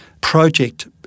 project